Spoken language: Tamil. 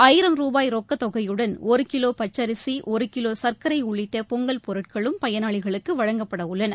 ஆயிரம் ருபாய் ரொக்கத்தொகையுடன் ஒரு கிலோ பச்சரிசி ஒரு கிலோ சர்க்கரை உள்ளிட்ட பொங்கல் பொருட்களும் பயனாளிகளுக்கு வழங்கப்படவுள்ளன